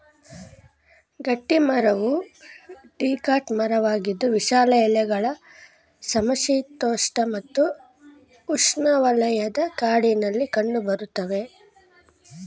ಗಟ್ಟಿಮರವು ಡಿಕಾಟ್ ಮರವಾಗಿದ್ದು ವಿಶಾಲ ಎಲೆಗಳ ಸಮಶೀತೋಷ್ಣ ಮತ್ತು ಉಷ್ಣವಲಯದ ಕಾಡಲ್ಲಿ ಕಂಡುಬರ್ತವೆ